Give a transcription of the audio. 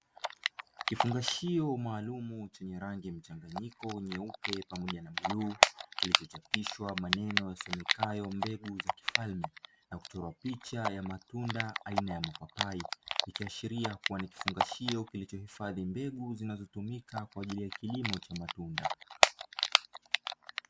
Kifungashio maalumu chenye rangi mchanganyiko nyeupe pamoja na bluu kilichochapishwa maneno yasomekayo mbegu za kifalme. Na kuchorwa picha ya matunda aina ya mapapai, ikiashiria kuwa ni kifungashio kilichohifandhi mbegu zinazotumika kwa ajili ya kilimo cha matunda.